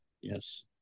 yes